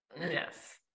Yes